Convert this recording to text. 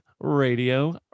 radio